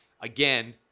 Again